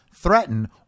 threaten